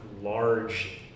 large